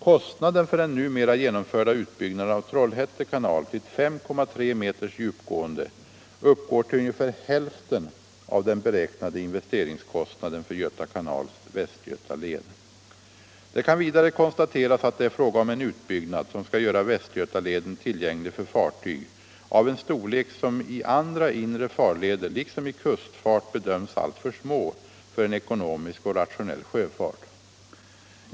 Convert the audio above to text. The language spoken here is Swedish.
Kostnaden för den numera genomförda utbyggnaden av Trollhätte kanal till 5,3 meters djupgående uppgår till ungefär hälften av den beräknade investeringskostnaden för Göta kanals Västgötaled. Det kan vidare konstateras, att det är fråga om en utbyggnad, som skall göra Västgötaleden tillgänglig för fartyg av en storlek, som i andra inre farleder liksom i kustfart bedöms alltför små för en ekonomisk och rationell sjöfart.